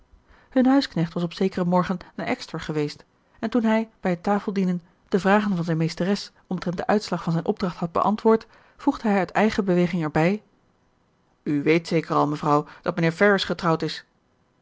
hun huisknecht was op zekeren morgen naar exeter geweest en toen hij bij het tafeldienen de vragen van zijne meesteres omtrent den uitslag van zijne opdracht had beantwoord voegde hij uit eigen beweging erbij u weet zeker al mevrouw dat mijnheer ferrars getrouwd is